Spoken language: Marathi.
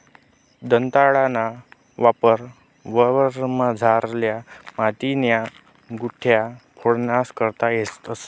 दंताळाना वापर वावरमझारल्या मातीन्या गुठया फोडाना करता करतंस